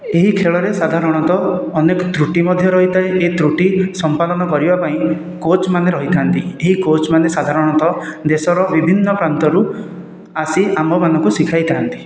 ଏହି ଖେଳରେ ସାଧାରଣତଃ ଅନେକ ତ୍ରୁଟି ମଧ୍ୟ ରହିଥାଏ ଏହି ତ୍ରୁଟି ସମ୍ପାଦନ କରିବା ପାଇଁ କୋଚ୍ ମାନେ ରହିଥାନ୍ତି ଏହି କୋଚ୍ ମାନେ ସାଧାରଣତଃ ଦେଶର ବିଭିନ୍ନ ପ୍ରାନ୍ତରୁ ଆସି ଆମ୍ଭମାନଙ୍କୁ ଶିଖାଇଥାନ୍ତି